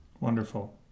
Wonderful